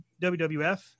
WWF